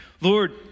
Lord